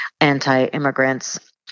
anti-immigrants